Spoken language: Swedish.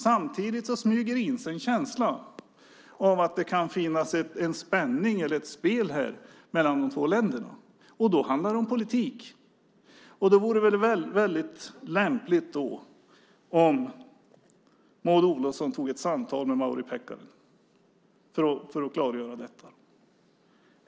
Samtidigt smyger det sig in en känsla av att det kan finnas en spänning eller ett spel här mellan de två länderna, och då handlar det om politik. Då vore det väl väldigt lämpligt om Maud Olofsson tog ett samtal med Mauri Pekkarinen för att klargöra detta.